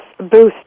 boost